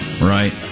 Right